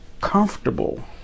comfortable